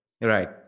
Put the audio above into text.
Right